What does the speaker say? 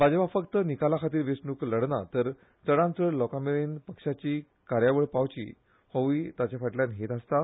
भाजपा फक्त निकाला खातीर वेंचणूक लढना तर चडांतचड लोकां मेरेन पक्षाची कार्यावळ पावची होवूय ताचे फाटल्यान हेत आसता